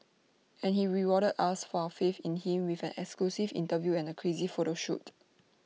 and he rewarded us for our faith in him with an exclusive interview and crazy photo shoot